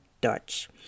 dutch